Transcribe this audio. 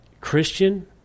Christian